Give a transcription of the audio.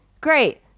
great